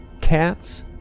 cats